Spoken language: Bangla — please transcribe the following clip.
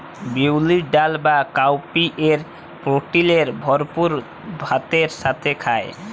বিউলির ডাল বা কাউপিএ প্রটিলের ভরপুর ভাতের সাথে খায়